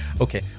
Okay